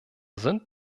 sind